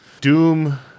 Doom